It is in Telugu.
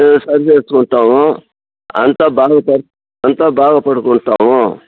సరి చేసుకుంటాము అంతా బాగా అంతా బాగా పడుకుంటాము